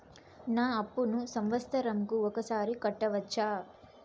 నా అప్పును సంవత్సరంకు ఒకసారి కట్టవచ్చా?